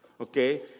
okay